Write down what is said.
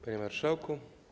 Panie Marszałku!